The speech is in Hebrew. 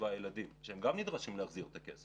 פחות משבעה ילדים שהם גם נדרשים להחזיר את הכסף.